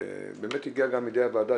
באמת הגיע גם לידי הוועדה,